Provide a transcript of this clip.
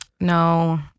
No